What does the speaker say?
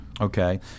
Okay